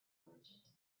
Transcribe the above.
merchant